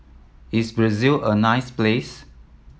is Brazil a nice place